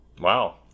Wow